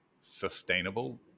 sustainable